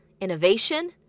innovation